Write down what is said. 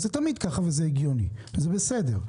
זה תמיד ככה וזה הגיוני, וזה בסדר.